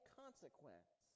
consequence